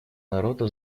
народа